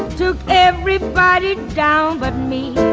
to. everybody down but me.